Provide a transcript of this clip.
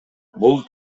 бул